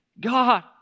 God